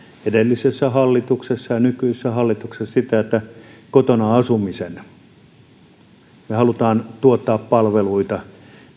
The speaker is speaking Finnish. edellisessä hallituksessa ja nykyisessä hallituksessa sitä että kotona asutaan ja me haluamme tuottaa palveluita